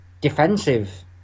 defensive